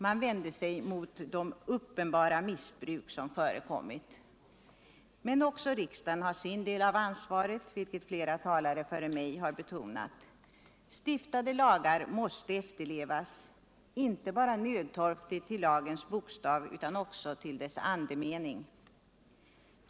Man vände sig mot de uppenbara missbruk som förekommit. Men också riksdagen har sin del av ansvaret, vilket flera talare före mig har betonat. Stiftade lagar måste efterlevas — inte bara nödtorftigt till lagens bokstav utan också till dess andemening.